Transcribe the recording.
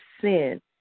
sin